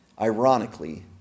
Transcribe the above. ironically